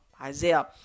Isaiah